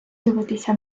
дивитися